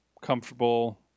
comfortable